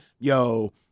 yo